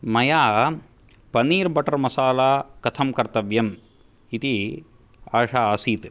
मया पनीर्बट्टर्मसाला कथं कर्तव्यं इति आशा आसीत्